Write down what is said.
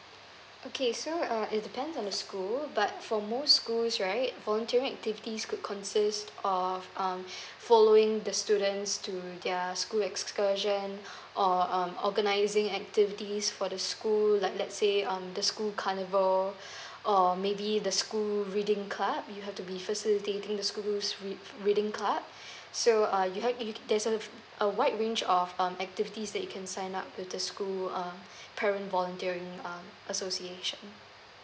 okay so uh it depends on the school but for most schools right volunteering activities could consist of um following the students to their school excursion or um organizing activities for the school like let's say um the school carnival or maybe the school reading club you have to be facilitating the school's reading club so uh you have there's a a wide range of um activities that you can sign up with the school uh parent volunteering um association